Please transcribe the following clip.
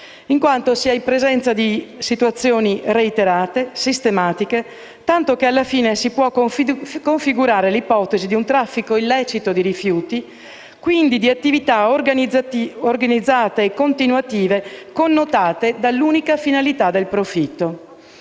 in quanto si è in presenza di situazioni reiterate, sistematiche, tanto che alla fine si può configurare l'ipotesi di traffico illecito di rifiuti, quindi di attività organizzate continuative connotate da finalità di profitto.